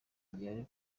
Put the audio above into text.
gihari